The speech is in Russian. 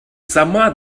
сама